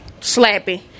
Slappy